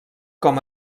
com